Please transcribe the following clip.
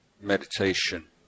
meditation